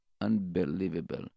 unbelievable